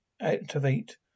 activate